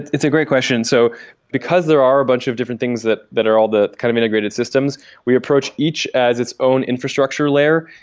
it's a great question. so because there are a bunch of different things that that are all the kind of integrated systems, we approach each as its own infrastructure layer,